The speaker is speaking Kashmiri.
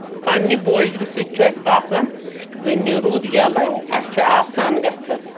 پنٕنہِ بوجرِ سۭتۍ چھُ اَسہِ باسان زٔمیٖن روٗد یَلے اَسہِ چھُ آسان گژھان